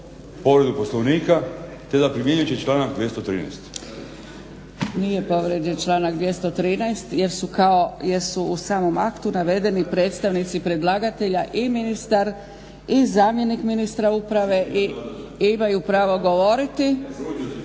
povredu Poslovnika te na primjenjujući članak 213. **Zgrebec, Dragica (SDP)** Nije povrijeđen članak 213.jer su u samom aktu navedeni predstavnici predlagatelja i ministar i zamjenik ministra uprave i imaju pravo govoriti